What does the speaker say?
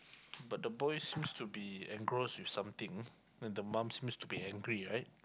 but the boy seems to be engross with something and the mom seems to be angry right